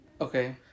Okay